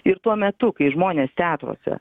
ir tuo metu kai žmonės teatruose